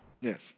Yes